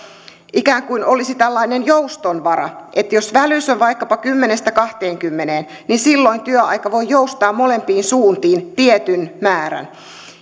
ikään kuin olisi tällainen jouston vara että jos välys on vaikkapa kymmenen viiva kaksikymmentä silloin työaika voi joustaa molempiin suuntiin tietyn määrän